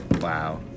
Wow